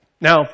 Now